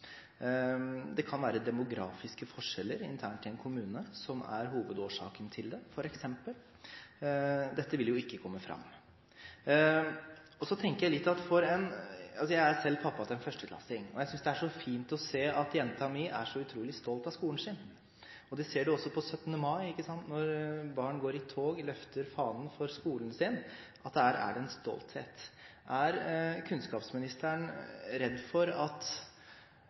Det kan f.eks. være demografiske forskjeller internt i en kommune, som er hovedårsaken til det. Dette vil jo ikke komme fram. Jeg er selv pappa til en 1.-klassing, og jeg synes det er så fint å se at jenta mi er så utrolig stolt av skolen sin. Det ser man også på 17. mai, når barna går i tog og løfter fanen for skolen sin: Der er en stolthet. Er kunnskapsministeren redd for at